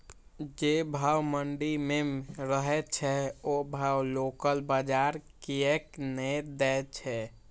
जे भाव मंडी में रहे छै ओ भाव लोकल बजार कीयेक ने दै छै?